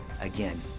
Again